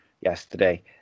yesterday